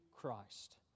Christ